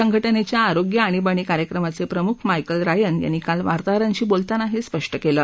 संघटनेच्या आरोग्य आणीबाणी कार्यक्रमाचे प्रमूख मायकल रायन यांनी काल वार्ताहरांशी बोलताना हे स्पष्ट केलं